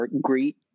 greet